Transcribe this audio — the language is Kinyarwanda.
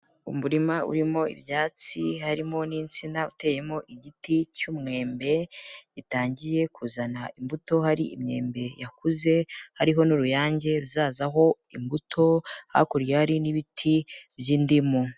Umurima urimo ibyatsi harimo n'insina uteyemo igiti cy'umwembe, gitangiye kuzana imbuto hari imyembe yakuze, hariho n'uruyange ruzazaho imbuto, hakurya hari n'ibiti by'indimu.